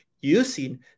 using